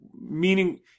meaning